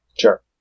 Sure